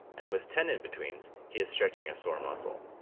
and with ten in-betweens, he is stretching a sore muscle.